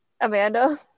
Amanda